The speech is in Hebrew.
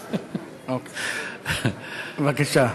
בבקשה.